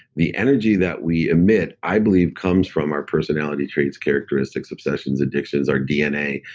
the energy that we emit, i believe, comes from our personality traits, characteristics, obsessions addictions, our dna.